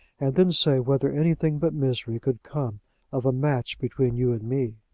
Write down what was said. and then say whether anything but misery could come of a match between you and me.